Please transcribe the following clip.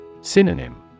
Synonym